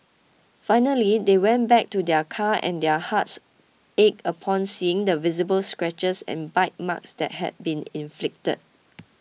finally they went back to their car and their hearts ached upon seeing the visible scratches and bite marks that had been inflicted